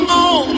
on